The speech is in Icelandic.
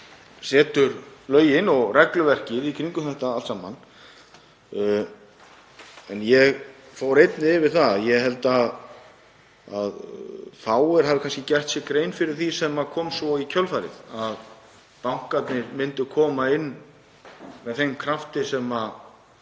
setur lögin og regluverkið í kringum þetta allt saman. Ég fór einnig yfir það að ég held að fáir hafi kannski gert sér grein fyrir því sem kom svo í kjölfarið, að bankarnir myndu koma inn með þeim krafti sem